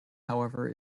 however